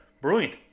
Brilliant